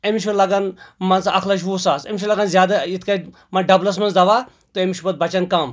أمِس چھُ لگان مان ژٕ اکھ لَچھ وُہ ساس أمِس چھُ لَگان زیادٕ یِتھ کٲٹھۍ ڈبلَس منٛز دوہ تہٕ أمِس چھُ پَتہٕ بَچان کَم